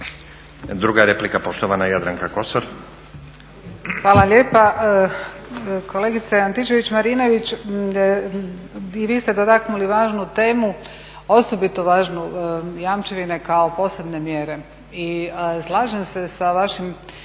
Druga replika, poštovana Jadranka Kosor. **Kosor, Jadranka (Nezavisni)** Hvala lijepa. Kolegice Antičević-Marinović, i vi ste dotaknuli važnu temu, osobito važnu, jamčevine kao posebne mjere i slažem se sa vašim